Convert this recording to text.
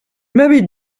maybe